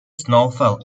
snowfall